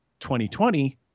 2020